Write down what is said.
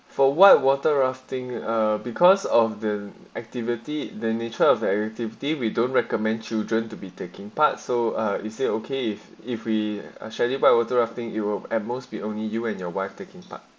for whitewater rafting uh because of the activity the nature of activity we don't recommend children to be taking part so uh is it okay if if we schedule by water rafting you will at most be only you and your wife taking part